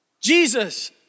Jesus